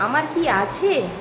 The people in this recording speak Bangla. আমার কি আছে